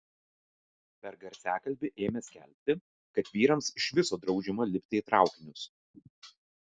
per garsiakalbį ėmė skelbti kad vyrams iš viso draudžiama lipti į traukinius